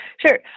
Sure